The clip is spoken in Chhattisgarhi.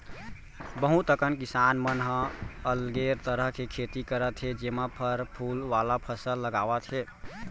बहुत अकन किसान मन ह अलगे तरह के खेती करत हे जेमा फर फूल वाला फसल लगावत हे